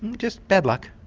just bad luck,